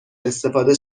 استفاده